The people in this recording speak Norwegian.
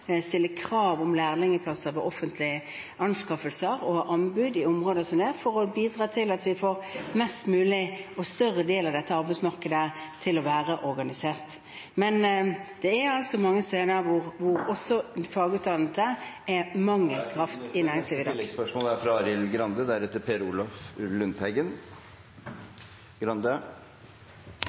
stille krav om lærlingplasser ved offentlige anskaffelser og anbud på områder for å bidra til at vi får flest mulig og en større del av dette arbeidsmarkedet til å være organisert. Men det er altså mange steder hvor også fagutdannede er mangel … Tiden er ute! Arild Grande